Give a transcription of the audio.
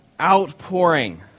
outpouring